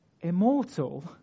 immortal